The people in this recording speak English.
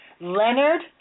Leonard